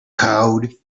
code